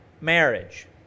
marriage